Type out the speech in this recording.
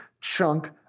chunk